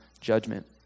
judgment